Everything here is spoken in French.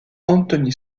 anthony